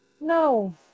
No